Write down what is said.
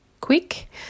quick